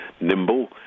Nimble